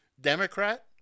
Democrat